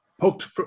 poked